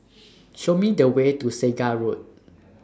Show Me The Way to Segar Road